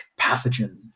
pathogen